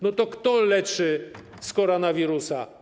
No to kto leczy z koronawirusa?